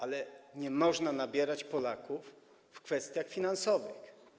Ale nie można nabierać Polaków w kwestiach finansowych.